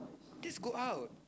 that's go out